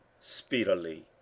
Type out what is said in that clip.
speedily